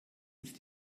ist